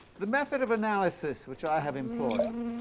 the method of analysis which i have employed,